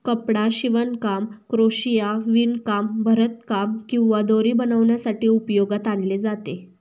कपडा शिवणकाम, क्रोशिया, विणकाम, भरतकाम किंवा दोरी बनवण्यासाठी उपयोगात आणले जाते